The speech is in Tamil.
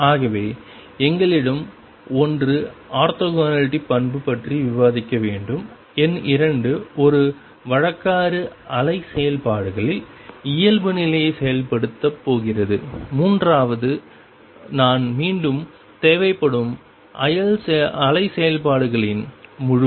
ஆகவே எங்களிடம் ஒன்று ஆர்த்தோகனாலிட்டி பண்பு பற்றி விவாதிக்க வேண்டும் எண் 2 ஒரு வழக்காறு அலை செயல்பாடுகளில் இயல்புநிலையைச் செயல்படுத்தப் போகிறது மூன்றாவது நான் மீண்டும் தேவைப்படும் அலை செயல்பாடுகளின் முழுமை